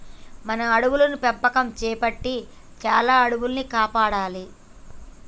మనం అడవుల పెంపకం సేపట్టి చాలా అడవుల్ని కాపాడాలి